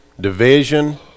division